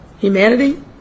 Humanity